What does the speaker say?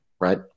Right